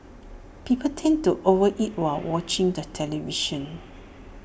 people tend to over eat while watching the television